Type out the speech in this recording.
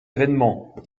événement